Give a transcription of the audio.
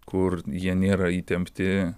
kur jie nėra įtempti